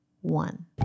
One